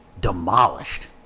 demolished